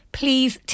please